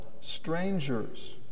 strangers